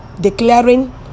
declaring